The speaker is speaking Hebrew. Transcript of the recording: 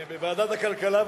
בוועדת הכלכלה.